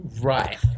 Right